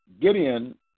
Gideon